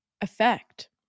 effect